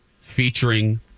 featuring